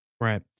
Right